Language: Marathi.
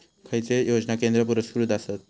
खैचे योजना केंद्र पुरस्कृत आसत?